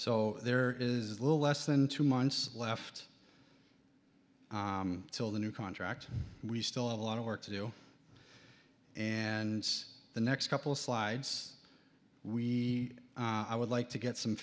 so there is little less than two months left until the new contract we still have a lot of work to do and the next couple of slides we i would like to get some